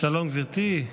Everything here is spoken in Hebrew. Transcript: שלום, גברתי.